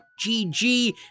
gg